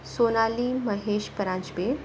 Sonali Mahesh Paranjpe